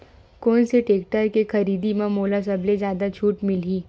कोन से टेक्टर के खरीदी म मोला सबले जादा छुट मिलही?